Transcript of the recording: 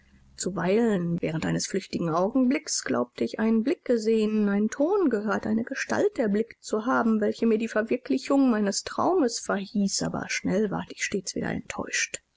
zuweilen während eines flüchtigen augenblicks glaubte ich einen blick gesehen einen ton gehört eine gestalt erblickt zu haben welche mir die verwirklichung meines traumes verhieß aber schnell ward ich stets wieder enttäuscht